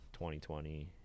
2020